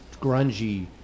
grungy